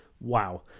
wow